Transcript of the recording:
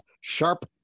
sharp